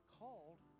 called